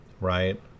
right